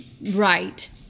Right